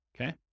Okay